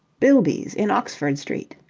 bilby's in oxford street.